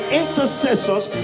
intercessors